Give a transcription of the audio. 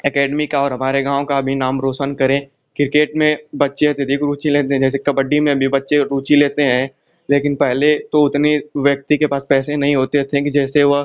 academy का और हमारे गाँव का भी नाम रौशन करें क्रिकेट में बच्चे अत्यधिक रुचि लेते हैं जैसे कबड्डी में भी बच्चे रुचि लेते हैं लेकिन पहले तो उतने व्यक्ति के पास पैसे नही होते थें कि जैसे वह